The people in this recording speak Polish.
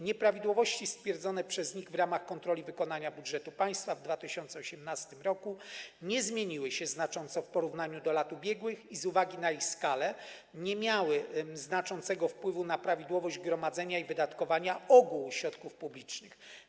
Nieprawidłowości stwierdzone przez NIK w ramach kontroli wykonania budżetu państwa w 2018 r. nie zmieniły się znacząco w porównaniu do lat ubiegłych i z uwagi na ich skalę nie miały znaczącego wpływu na prawidłowość gromadzenia i wydatkowania ogółu środków publicznych.